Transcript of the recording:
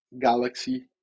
galaxy